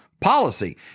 policy